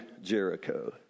Jericho